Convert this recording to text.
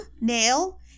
nail